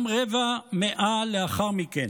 גם רבע מאה לאחר מכן,